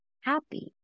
happy